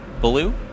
blue